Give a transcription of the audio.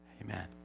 Amen